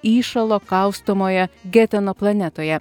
įšalo kaustomoje geteno planetoje